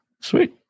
Sweet